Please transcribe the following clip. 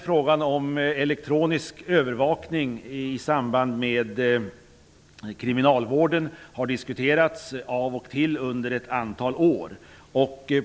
Frågan om elektronisk övervakning i samband med kriminalvård har diskuterats av och till under ett antal år.